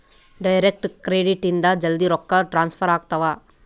direct credit ಇಂದ ಜಲ್ದೀ ರೊಕ್ಕ ಟ್ರಾನ್ಸ್ಫರ್ ಆಗ್ತಾವ